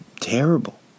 terrible